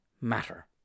matter